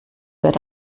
wird